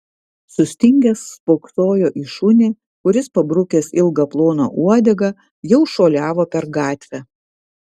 sustingęs spoksojo į šunį kuris pabrukęs ilgą ploną uodegą jau šuoliavo per gatvę